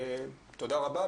תודה רבה.